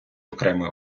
окремою